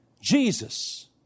Jesus